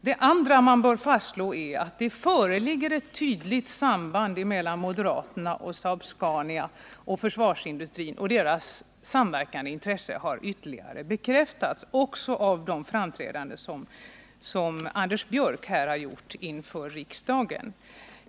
Det andra man bör fastslå är att det föreligger ett tydligt samband mellan moderaterna, Saab-Scania och försvarsindustrtin. Deras samverkande intressen har ytterligare bekräftats av de framträdanden Anders Björck gjort inför riksdagen.